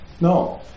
No